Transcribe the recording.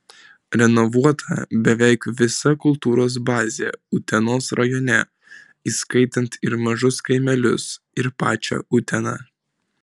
renovuota beveik visa kultūros bazė utenos rajone įskaitant ir mažus kaimelius ir pačią uteną